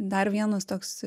dar vienas toks